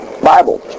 Bible